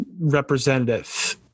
representative